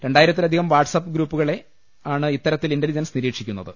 രണ്ടായിരത്തിലധികം വാട്ട്സ്ആപ്പ് ഗ്രൂപ്പുകളെയാണ് ഇത്തരത്തിൽ ഇന്റലിജൻസ് നിരീക്ഷിക്കുന്ന ത്